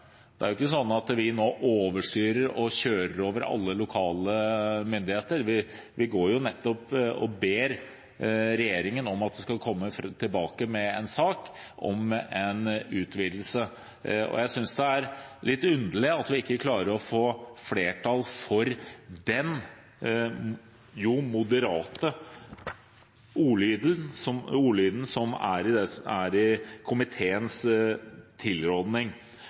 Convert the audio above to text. ikke sånn at vi nå overstyrer og kjører over alle lokale myndigheter, vi går jo nettopp og ber regjeringen om at den skal komme tilbake med en sak om en utvidelse. Jeg synes det er litt underlig at vi ikke klarer å få flertall for den moderate ordlyden i komiteens tilråding. Det er